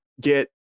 get